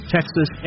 Texas